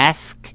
Ask